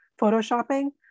photoshopping